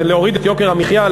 להוריד את יוקר המחיה,